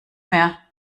mehr